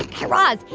guy raz,